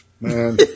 man